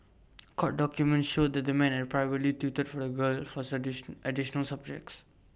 court documents showed that the man had privately tutored for A girl for additional subjects